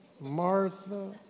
Martha